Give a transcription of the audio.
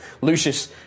Lucius